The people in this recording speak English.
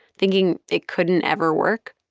thinking it couldn't ever work,